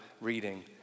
reading